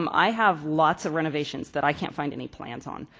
um i have lots of renovations that i cannot find any plans on.